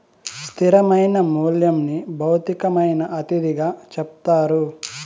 స్థిరమైన మూల్యంని భౌతికమైన అతిథిగా చెప్తారు